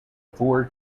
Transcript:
four